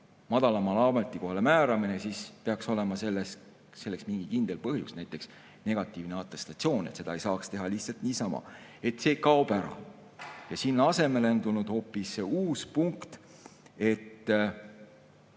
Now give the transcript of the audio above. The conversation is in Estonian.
madalamale ametikohale määramine, siis peaks olema selleks mingi kindel põhjus, näiteks negatiivne atestatsioon, seda ei saaks teha lihtsalt niisama. See kaob ära. Asemele on tulnud hoopis uus punkt, et